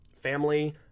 family